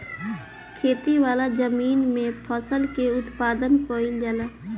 खेती वाला जमीन में फसल के उत्पादन कईल जाला